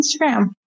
Instagram